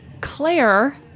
Claire